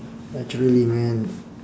naturally man